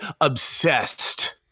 obsessed